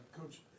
coach